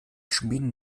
schmieden